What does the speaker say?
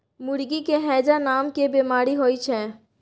मुर्गी के हैजा नामके बेमारी होइ छै